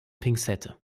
pinzette